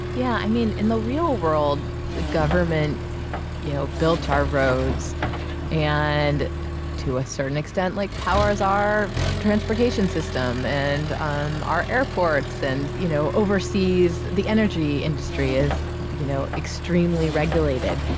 yeah, i mean, in the real world, the government you know built our roads and to a certain extent like powers our transportation system and and our airports. and you know oversees the energy industry as you know extremely regulated.